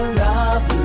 love